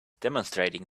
demonstrating